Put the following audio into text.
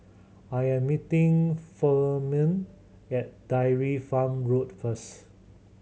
I am meeting Furman at Dairy Farm Road first